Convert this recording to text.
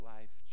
Life